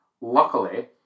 Luckily